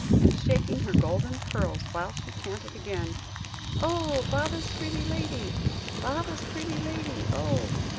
and shaking her golden curls whilst she chanted again oh! baba's pretty lady baba's pretty lady, oh!